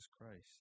Christ